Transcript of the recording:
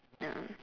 no